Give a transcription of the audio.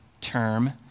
term